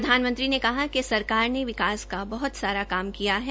प्रधानमंत्री ने कहा कि सरकार ने विकास का बहत सारा काम किया है